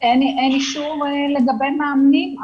אין אישור לגבי מאמנים,